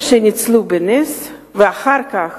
שניצלו בנס ואחר כך